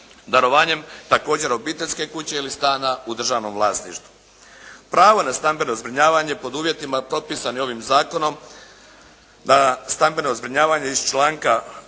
darovanjem također obiteljske kuće ili stana u državnom vlasništvu. Pravo na stambeno zbrinjavanje pod uvjetima propisanim ovim zakonom, na stambeno zbrinjavanje iz članka